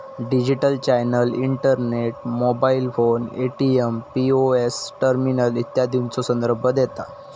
digital channel internet, mobile phone, ATM, POS terminal इत्यादीचो संदर्भ देता